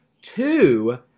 Two